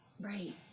Right